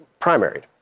primaried